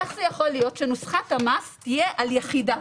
איך יכול להיות שנוסחת המס תהיה על יחידה?